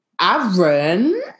Aaron